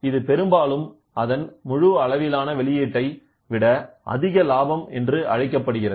இது பெரும்பாலும் அதன் முழு அளவிலான வெளியீட்டை விட அதிக லாபம் என்று அழைக்கப்படுகிறது